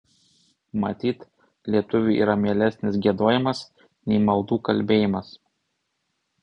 matyt lietuviui yra mielesnis giedojimas nei maldų kalbėjimas